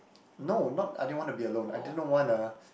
no not I didn't want to be alone I didn't want a